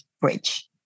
bridge